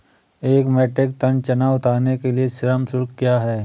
एक metric tonne चना उतारने के लिए श्रम शुल्क क्या है?